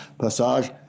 Passage